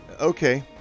Okay